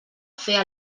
fer